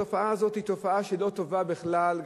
התופעה הזאת היא תופעה לא טובה בכלל,